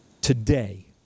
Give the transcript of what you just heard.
today